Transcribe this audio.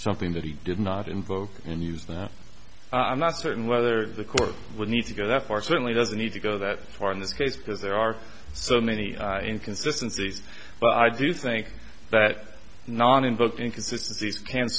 something that he did not invoke and use now i'm not certain whether the court would need to go that far certainly doesn't need to go that far in this case because there are so many inconsistences but i do think that non invoking consistencies can